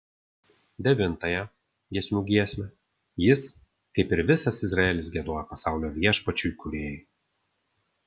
devintąją giesmių giesmę jis kaip ir visas izraelis giedojo pasaulio viešpačiui kūrėjui